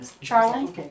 Charlie